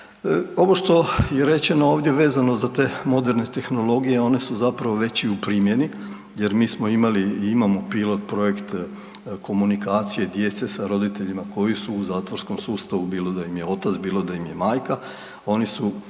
Ovo što je rečeno ovdje vezano za te moderne tehnologije one su zapravo već i u primjeni jer mi smo imali i imamo pilot projekt komunikacije djece sa roditeljima koji su u zatvorskom sustavu bilo da im je otac, bilo da im je majka, oni su